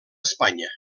espanya